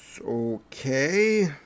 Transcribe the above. Okay